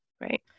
right